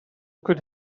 could